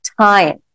time